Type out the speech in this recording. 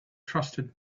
trusted